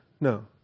No